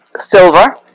silver